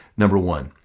number one,